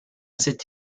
cette